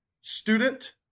student